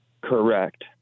Correct